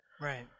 Right